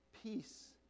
Peace